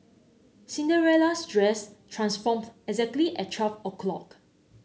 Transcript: Cinderella's dress transformed exactly at twelve o'clock